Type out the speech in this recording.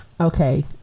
okay